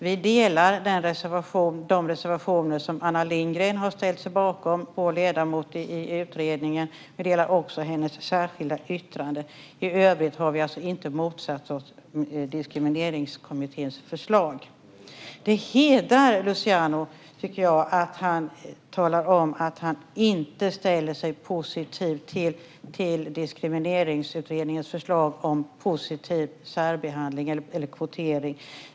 Vi delar åsikterna i de reservationer som Anna Lindgren, vår ledamot i utredningen, har ställt sig bakom. Vi delar också åsikterna i hennes särskilda yttrande. I övrigt har vi alltså inte motsatt oss Diskrimineringskommitténs förslag. Det hedrar Luciano, tycker jag, att han talar om att han inte ställer sig positiv till Diskrimineringsutredningens förslag om positiv särbehandling eller kvotering.